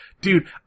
dude